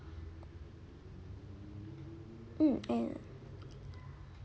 mm and